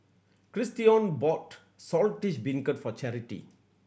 Christion bought Saltish Beancurd for Charity